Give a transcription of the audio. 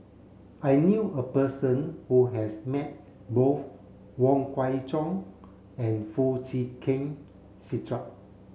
I knew a person who has met both Wong Kwei Cheong and Foo Chee Keng Cedric